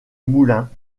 moulin